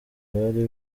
bari